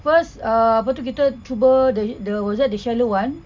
first uh lepas tu kita cuba the the what's that the shallow one